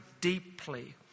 deeply